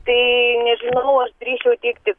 tai nežinau aš drįsčiau teigti